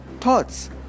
thoughts